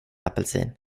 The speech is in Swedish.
apelsin